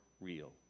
real